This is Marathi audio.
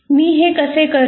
मी हे कसे करु